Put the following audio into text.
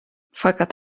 fakat